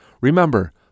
Remember